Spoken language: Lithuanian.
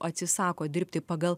atsisako dirbti pagal